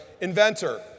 Inventor